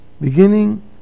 beginning